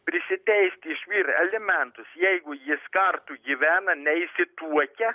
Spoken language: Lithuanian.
prisiteisti iš vyro alimentus jeigu jis kartu gyvena neišsituokia